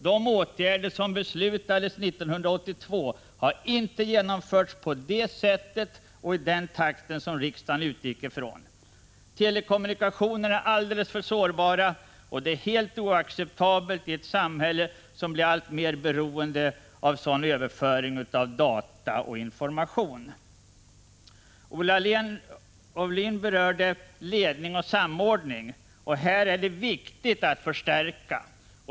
De åtgärder som beslutades 1982 har inte vidtagits på det sätt och i den takt som riksdagen utgick från. Telekommunikationerna är alldeles för sårbara och det är helt oacceptabelt i ett samhälle som blir alltmer beroende av sådan överföring av data och information. Olle Aulin berörde ledning och samordning. Här är det viktigt att förstärka.